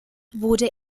wurde